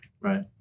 right